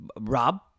Rob